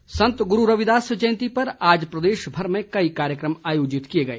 जयंती संत गुरू रविदास जयंती पर आज प्रदेश में कई कार्यक्रम आयोजित किए गए